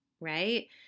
right